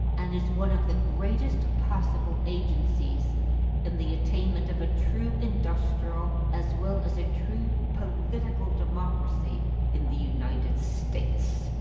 and is one of the greatest possible agencies in the attainment of a true industrial, as well as a true political, democracy in the united states.